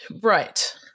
Right